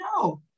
no